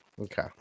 Okay